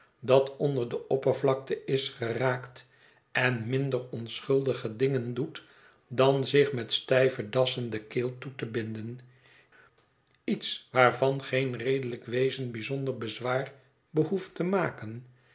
dat onder de oppervlakte is geraakt en minder onschuldige dingen doet dan zich met stijve dassen de keel toe te binden iets waarvan geen redelijk wezen bijzonder bezwaar behoeft te maken